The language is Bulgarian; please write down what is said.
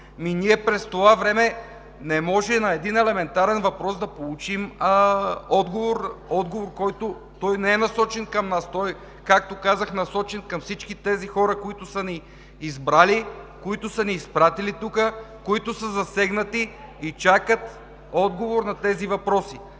ние през това време не можем на един елементарен въпрос да получим отговор. Той не е насочен към нас. Той, както казах, е насочен към всички тези хора, които са ни избрали, които са ни изпратили тук, които са засегнати и чакат отговор на тези въпроси.